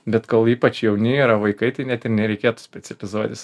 bet kol ypač jauni yra vaikai tai net tik nereikėtų specializuotis